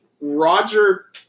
Roger